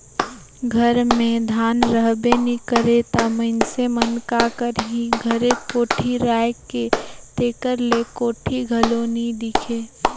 घर मे धान रहबे नी करे ता मइनसे मन का करही घरे कोठी राएख के, तेकर ले कोठी घलो नी दिखे